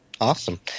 Awesome